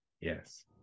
Yes